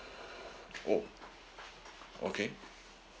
oh okay